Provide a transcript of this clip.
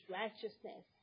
righteousness